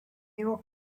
york